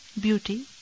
Beauty